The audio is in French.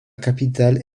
capitale